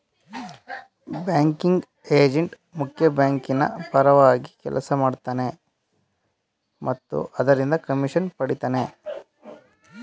banking agent ಮುಖ್ಯ ಬ್ಯಾಂಕಿನ ಪರವಾಗಿ ಕೆಲಸ ಮಾಡ್ತನೆ ಮತ್ತು ಅದರಿಂದ ಕಮಿಷನ್ ಪಡಿತನೆ